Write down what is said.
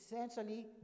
essentially